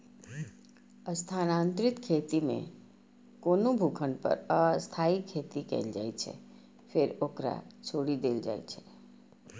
स्थानांतरित खेती मे कोनो भूखंड पर अस्थायी खेती कैल जाइ छै, फेर ओकरा छोड़ि देल जाइ छै